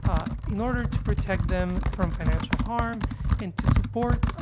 um in order to protect them from financial harm and to support, ah,